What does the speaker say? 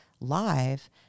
live